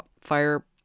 fire